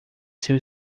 seu